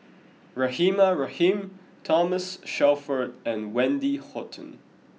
Rahimah Rahim Thomas Shelford and Wendy Hutton